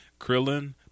Krillin